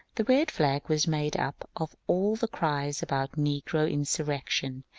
the red flag was made up of all the cries about negro insurrec tion,